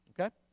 Okay